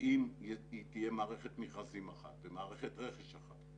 ואם תהיה מערכת מכרזים אחת ומערכת רכש אחת,